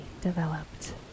developed